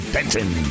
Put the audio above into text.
Benton